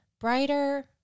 Brighter